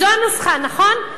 זו הנוסחה, נכון?